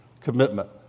commitment